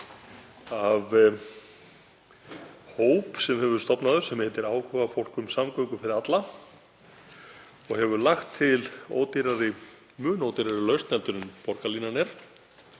af hóp sem hefur verið stofnaður sem heitir Áhugafólk um samgöngur fyrir alla. Hann hefur lagt til mun ódýrari lausn heldur en borgarlínan